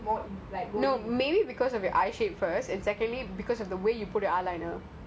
like sometimes you know for me when I put I like when I put under it makes my eye look more like